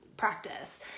practice